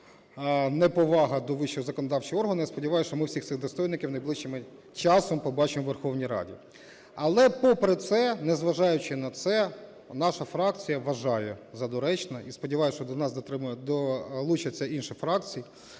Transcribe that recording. неповага до вищого законодавчого органу, я сподіваюсь, що ми всіх цих достойників найближчим часом побачимо у Верховній Раді. Але попри це, незважаючи на це, наша фракція вважає за доречне, і сподіваюсь, що до нас долучаться інші фракції,